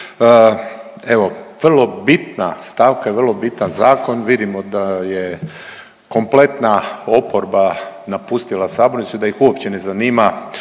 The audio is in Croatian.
Evo vrlo bitna stavka i vrlo bitan zakon. Vidimo da je kompletna oporba napustila sabornicu i da ih uopće ne zanimaju